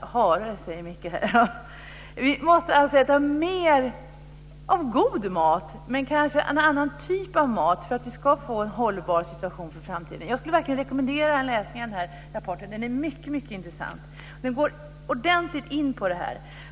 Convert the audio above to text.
hare, säger Michael här. Vi måste alltså äta mer av god mat men kanske en annan typ av mat för att vi ska få en hållbar situation för framtiden. Jag skulle verkligen vilja rekommendera en läsning av den här rapporten. Den är mycket intressant och går ordentligt in på det här.